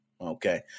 Okay